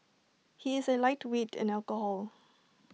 he is A lightweight in alcohol